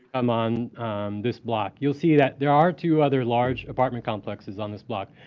um on this block, you'll see that there are two other large apartment complexes on this block.